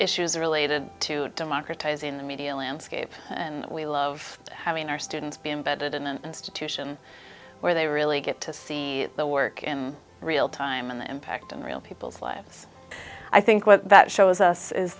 issues related to democratise in the media landscape and we love having our students be embedded in an institution where they really get to see the work in real time and the impact on real people's lives i think what that shows us is